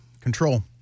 Control